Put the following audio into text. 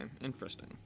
interesting